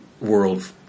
world